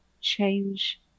change